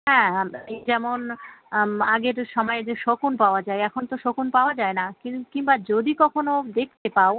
হ্যাঁ আম এই যেমন আগের সময় যে শকুন পাওয়া যায় এখন তো শকুন পাওয়া যায় না কিম্বা যদি কখনো দেখতে পাও